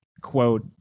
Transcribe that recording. quote